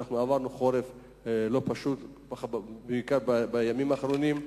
ואנחנו עברנו חורף לא פשוט, בעיקר בימים האחרונים.